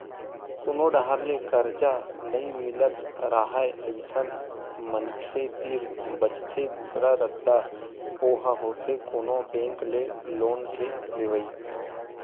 कोनो डाहर ले करजा नइ मिलत राहय अइसन मनखे तीर बचथे दूसरा रद्दा ओहा होथे कोनो बेंक ले लोन के लेवई